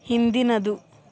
ಹಿಂದಿನದು